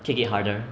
kick it harder